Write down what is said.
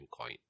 coin